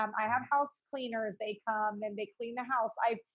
um i have house cleaners, they come and they clean the house. i,